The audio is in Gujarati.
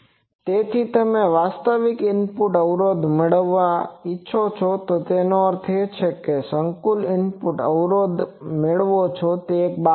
તેથી તમે વાસ્તવિક ઇનપુટ અવરોધ મેળવો છો તેનો અર્થ એ છે કે તમે સંકુલ ઇનપુટ અવરોધ મેળવો છો તે એક બાબત છે